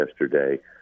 yesterday